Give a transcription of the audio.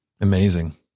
Amazing